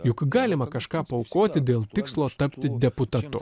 juk galima kažką paaukoti dėl tikslo tapti deputatu